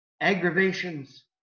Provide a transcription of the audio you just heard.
aggravations